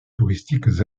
touristiques